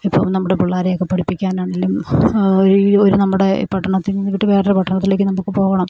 ഇപ്പോൾ നമ്മുടെ പിള്ളാരെയൊക്കെ പഠിപ്പിക്കാനാണെങ്കിലും ഒരു ഒരു നമ്മുടെ ഈ പട്ടണത്തിൽ നിന്ന് വിട്ട് വേറൊരു പട്ടണത്തിലേക്ക് നമുക്ക് പോകണം